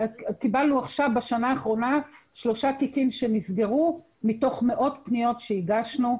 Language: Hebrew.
בשנה האחרונה קיבלנו שלושה תיקים שנסגרו מתוך מאות פניות שהגשנו.